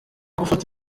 gufata